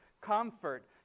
comfort